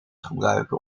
gebruiken